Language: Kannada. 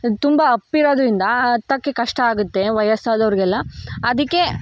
ತುಂಬ ಅಪ್ ಇರೋದರಿಂದ ಹತ್ತೋಕ್ಕೆ ಕಷ್ಟ ಆಗುತ್ತೆ ವಯಸ್ಸಾದವ್ರಿಗೆಲ್ಲ ಅದಕ್ಕೆ